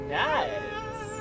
nice